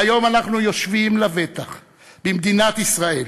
והיום אנחנו יושבים לבטח במדינת ישראל.